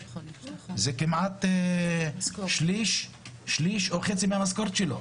זה כמעט שליש או חצי מהמשכורת שלו.